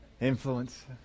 Influence